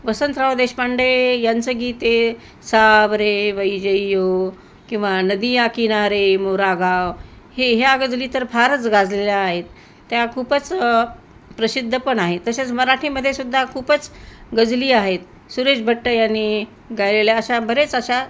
वसंतराव देशपांडे यांचं गीत आहे सावरे वैजइयो किंवा नदीया किनारे मोरा गाव हे ह्या गझली तर फारच गाजलेल्या आहेत त्या खूपच प्रसिध्द पण आहे तसेच मराठीमध्ये सुद्धा खूपच गझली आहेत सुरेश भट यांनी गायलेल्या अशा बरेच अशा